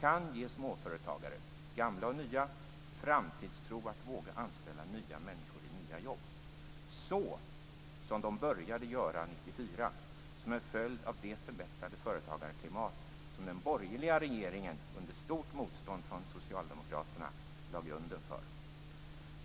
kan ge småföretagare - gamla och nya - framtidstro att våga anställa nya människor i nya jobb. Så som de började göra 1994, som en följd av det förbättrade företagarklimat som den borgerliga regeringen under stort motstånd från socialdemokraterna lade grunden för.